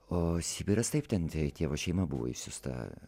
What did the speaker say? o sibiras taip ten tėvo šeima buvo išsiųsta